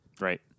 Right